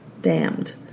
Damned